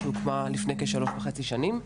הוקמה לפני כשלוש וחצי שנים,